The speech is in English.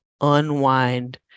unwind